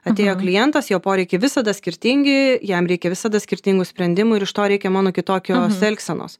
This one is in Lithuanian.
atėjo klientas jo poreikiai visada skirtingi jam reikia visada skirtingų sprendimų ir iš to reikia mano kitokios elgsenos